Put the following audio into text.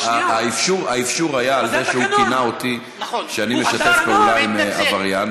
האפשור היה על זה שהוא כינה אותי משתף פעולה עם עבריין,